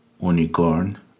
unicorn